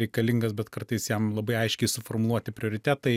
reikalingas bet kartais jam labai aiškiai suformuluoti prioritetai